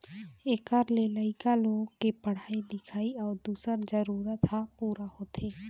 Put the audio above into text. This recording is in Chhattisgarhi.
एखर ले लइका लोग के पढ़ाई लिखाई अउ दूसर जरूरत ह पूरा होथे